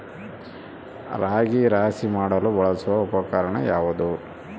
ರಾಗಿ ರಾಶಿ ಮಾಡಲು ಬಳಸುವ ಉಪಕರಣ ಯಾವುದು?